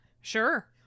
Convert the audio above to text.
Sure